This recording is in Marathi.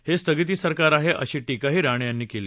हे स्थगिती सरकार आहे अशी टीकाही राणे यांनी केली